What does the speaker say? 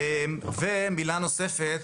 ומילה נוספת,